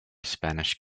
spanish